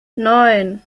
neun